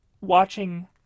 watching